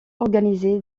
organisé